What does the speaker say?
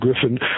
Griffin